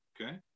okay